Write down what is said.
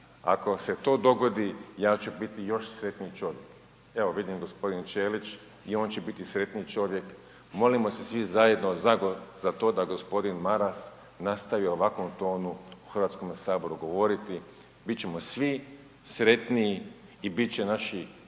Ako se to dogodi, ja ću biti još sretniji čovjek. Evo, vidim g. Ćelić i on će biti sretniji čovjek, molimo se svi zajedno za to da g. Maras nastavi u ovakvom tonu u HS-u govoriti, bit ćemo svi sretniji i bit će naši